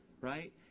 right